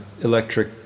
electric